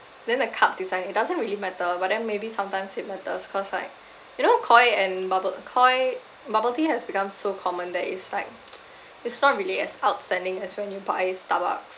then the cup design it doesn't really matter but then maybe sometimes it matters cause like you know koi and bubble koi bubble tea has become so common that is like it's not really as outstanding as when you buy starbucks